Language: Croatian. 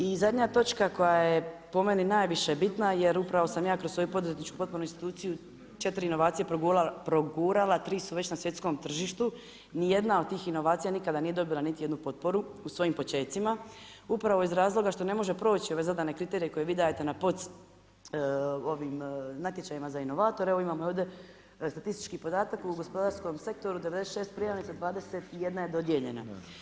I zadnja točka koja je po meni najviše bitna jer upravo sam ja kroz svoju poduzetničku potpunu instituciju 4 inovacije progurala, 3 su već na svjetskom tržištu, ni jedna od tih inovacija nikada nije dobila niti jednu potporu u svojim počecima, upravo iz razloga što ne može proći ove zadane kriterije koji vi dajte na natječajima za inovatore, evo ovdje imam statistički podatak, u gospodarskom sektoru, 96 prijavnica, 21 je dodijeljena.